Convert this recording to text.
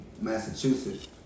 Massachusetts